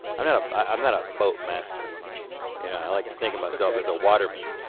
i'm not i'm not a boat master. you know i like to think of myself as a waterman,